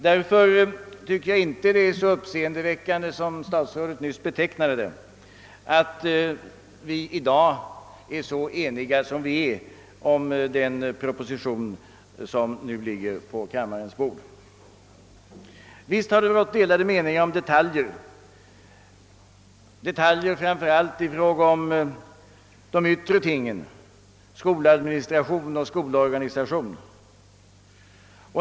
Därför tycker jag inte det är så uppseendeväckande, som statsrådet nyss betecknade det, att vi i dag är så eniga om den proposition som nu ligger på kammarens bord. Visst har det rått delade meningar om detaljer, framför allt i fråga om de ytt re tingen — skoladministration och skolorganisation.